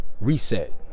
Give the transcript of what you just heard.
Reset